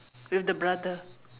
with the brother